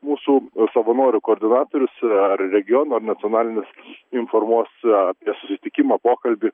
mūsų savanorių kordinatorius ar regiono ar nacionalinis informuos aa apie susitikimą pokalbį